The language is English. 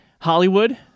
Hollywood